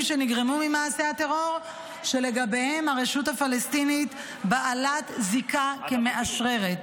שנגרמו ממעשי הטרור שלגביהם הרשות הפלסטינית בעלת זיקה כמאשררת.